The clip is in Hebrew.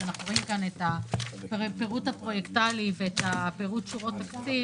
כשאנחנו רואים כאן את הפירוט של הפרויקטים ואת פירוט שורות התקציב